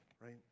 right